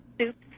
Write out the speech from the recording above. soups